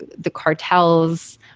the cartels.